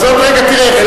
אז עוד רגע תראה,